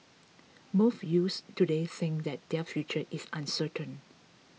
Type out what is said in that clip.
most youths today think that their future is uncertain